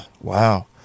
wow